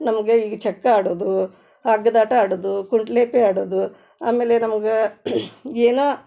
ನಮಗೆ ಈ ಚಕ್ಕ ಆಡೋದು ಹಗ್ದ ಆಟ ಆಡೋದು ಕುಂಟ್ಲೇಪಿ ಆಡೋದು ಆಮೇಲೆ ನಮ್ಗೆ ಏನೋ